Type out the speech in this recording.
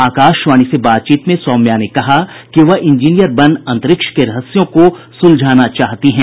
आकाशवाणी से बातचीत में सौम्या ने कहा कि वह इंजीनियर बन अंतरिक्ष के रहस्यों को सुलझाना चाहती हैं